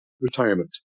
retirement